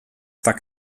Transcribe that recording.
tak